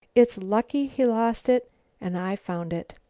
it's lucky he lost it and i found it.